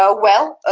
ah well,